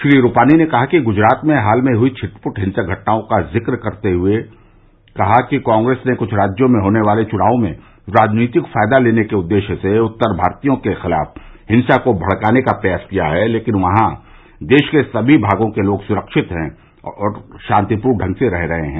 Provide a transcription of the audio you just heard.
श्री रूपानी ने गुजरात में हाल में हुई छिटपुट हिंसक घटनाओं का ज़िक्र करते हुए कहा कि कांग्रेस ने कुछ राज्यों में होने वाले चुनावों में राजनैतिक फायदा लेने के उद्देश्य से उत्तर भारतीयों के खिलाफ हिंसा को भड़काने का प्रयास किया है लेकिन वहां देश के समी भागों के लोग सुरक्षित हैं और शांतिपूर्वक ढंग से रह रहे हैं